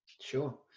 Sure